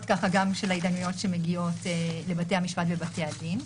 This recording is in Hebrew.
גם של ההתדיינויות שמגיעות לבתי המשפט ובתי הדין.